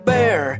Bear